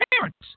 parents